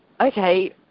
okay